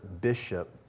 bishop